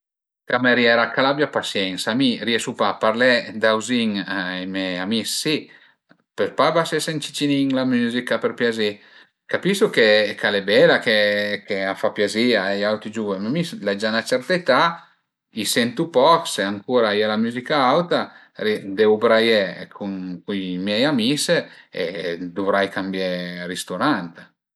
Cameriera ch'a abia pasiensa, mi riesu pa a parlé dauzin a mei amis si, pöl pa basese ën cicinin la müzica për piazì, capisu che ch'al e bela, ch'a fa piazì a i auti giuvu, ma mi l'ai gia 'na cera età, i sentu poch, se ancura a ie la müzica auta devu braié cun i mei amis e duvrai cambié risturant